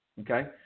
okay